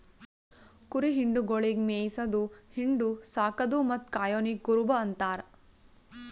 ಕುರಿ ಹಿಂಡುಗೊಳಿಗ್ ಮೇಯಿಸದು, ಹಿಂಡು, ಸಾಕದು ಮತ್ತ್ ಕಾಯೋನಿಗ್ ಕುರುಬ ಅಂತಾರ